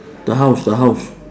the house the house